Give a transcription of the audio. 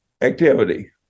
activity